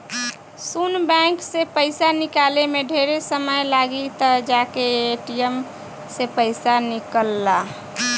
सुन बैंक से पइसा निकाले में ढेरे समय लागी त जाके ए.टी.एम से पइसा निकल ला